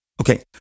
Okay